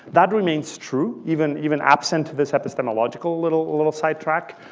that remains true even even absent to this epistemological little little sidetrack.